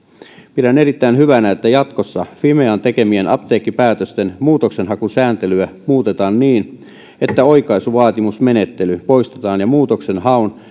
pidän erittäin hyvänä että jatkossa fimean tekemien apteekkipäätösten muutoksenhakusääntelyä muutetaan niin että oikaisuvaatimusmenettely poistetaan ja muutoksenhaun